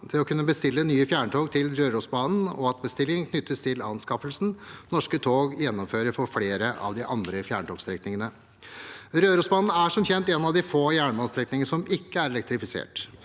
til å kunne bestille nye fjerntog til Rørosbanen, og at bestillingen knyttes til anskaffelsen Norske tog gjennomfører for flere av de andre fjerntogstrekningene. Rørosbanen er, som kjent, en av de få jernbanestrekningene som ikke er elektrifisert.